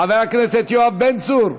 חבר הכנסת יואב בן צור,